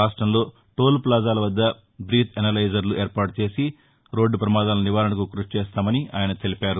రాష్టంలో టోల్ఫ్లాజాల వద్ద బీత్ ఎనలైజర్లు ఏర్పాటు చేసి రోడ్డు భమాదాల నివారణకు కృషి చేస్తామని ఆయన తెలిపారు